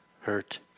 hurt